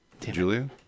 Julia